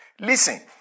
Listen